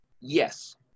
Yes